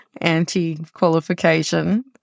anti-qualification